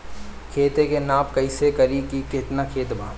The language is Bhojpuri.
खेत के नाप कइसे करी की केतना खेत बा?